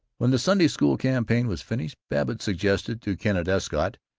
when the sunday school campaign was finished, babbitt suggested to kenneth escott,